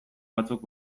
batzuk